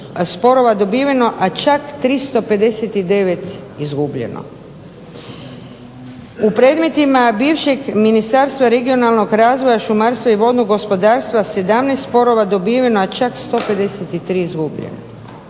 U predmetima bivšeg Ministarstva regionalnog razvoja, šumarstva i vodnog gospodarstva 17 sporova dobiveno, a čak 153 izgubljeno.